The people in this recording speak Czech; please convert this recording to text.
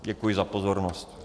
Děkuji za pozornost.